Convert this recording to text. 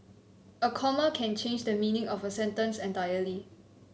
a comma can change the meaning of a sentence entirely